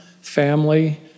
family